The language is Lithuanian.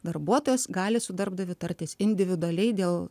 darbuotojas gali su darbdaviu tartis individualiai dėl